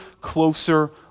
closer